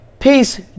Peace